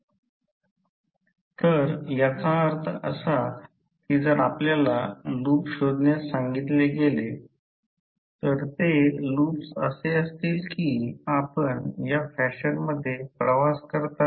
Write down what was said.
जेव्हा उलट केला जातो याचा अर्थ तेव्हा करंट कमी होत आहे आता करंट कमी होत आहे उलट होत नाही करंट कमी करत आहे